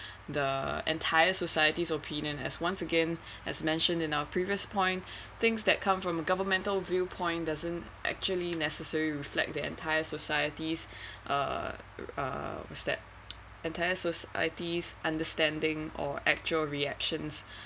the entire societies opinion as once again as mentioned in our previous point things that come from a governmental viewpoint doesn't actually necessary reflect the entire societies uh step entire societies understanding or actual reactions